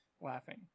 Laughing